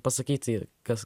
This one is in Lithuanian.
pasakyti kas